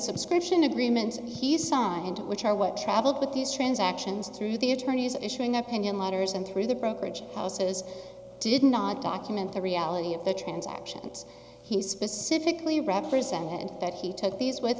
subscription agreement he signed which are what traveled with these transactions through the attorneys issuing opinion letters and through the brokerage houses did not document the reality of the transactions he specifically represented and that he took these with